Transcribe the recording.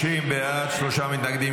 30 בעד, שלושה נגד.